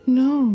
no